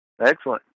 Excellent